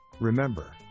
remember